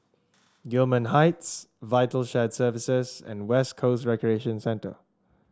Gillman Heights Vital Shared Services and West Coast Recreation Centre